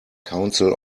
council